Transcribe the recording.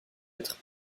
être